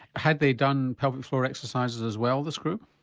had they done pelvic floor exercises as well this group?